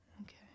Okay